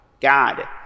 God